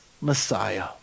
Messiah